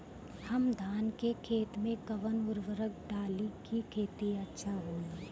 हम धान के खेत में कवन उर्वरक डाली कि खेती अच्छा होई?